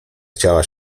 chciała